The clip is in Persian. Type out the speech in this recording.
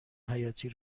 حیاتی